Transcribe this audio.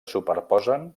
superposen